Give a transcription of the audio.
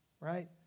right